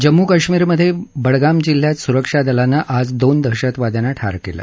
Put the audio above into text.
जम्मू काश्मीरमध्ये बडगाम जिल्ह्यात सुरक्षा दलानं आज दोन दहशतवाद्यांना ठार केलं